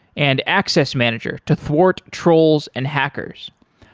and access manager to thwart trolls and hackers.